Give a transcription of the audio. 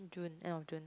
June end of June